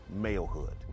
malehood